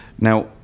Now